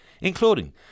including